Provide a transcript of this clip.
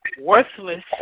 worthless